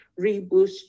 reboost